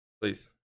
Please